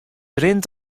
rint